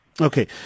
Okay